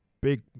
big